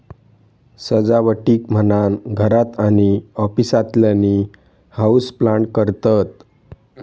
सजावटीक म्हणान घरात आणि ऑफिसातल्यानी हाऊसप्लांट करतत